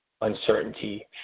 uncertainty